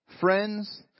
friends